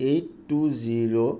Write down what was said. eight two zero